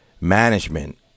management